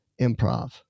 improv